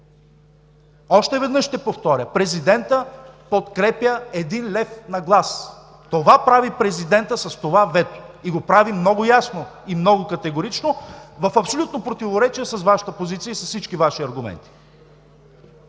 Още веднъж ще повторя, президентът подкрепя един лев на глас! Това прави президентът с ветото и го прави много ясно и много категорично, в абсолютно противоречие с Вашата позиция и с всички Ваши аргументи!